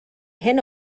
hyn